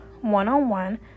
One-on-One